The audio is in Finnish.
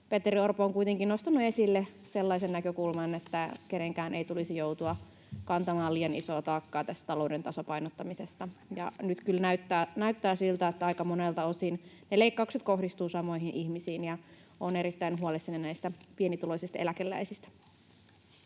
Petteri Orpo on kuitenkin nostanut esille sellaisen näkökulman, että kenenkään ei tulisi joutua kantamaan liian isoa taakkaa tässä talouden tasapainottamisessa. Nyt kyllä näyttää siltä, että aika monelta osin ne leikkaukset kohdistuvat samoihin ihmisiin, ja olen erittäin huolissani näistä pienituloisista eläkeläisistä.